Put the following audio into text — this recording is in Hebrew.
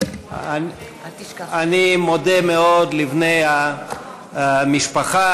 אני מודה מאוד לבני המשפחה